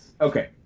Okay